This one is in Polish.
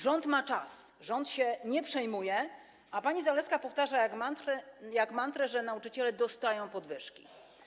Rząd ma czas, rząd się nie przejmuje, a pani Zalewska powtarza jak mantrę, że nauczyciele dostają podwyżki.